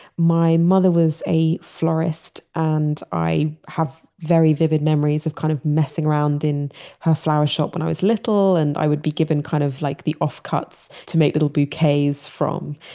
my mother was a florist and i have very vivid memories of kind of messing around in her flower shop when i was little and i would be given kind of like the offcuts to make little bouquets from.